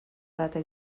data